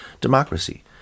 democracy